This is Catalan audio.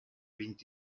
vint